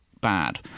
bad